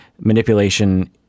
manipulation